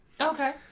Okay